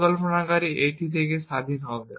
পরিকল্পনাকারী এটি থেকে স্বাধীন হবে